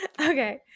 Okay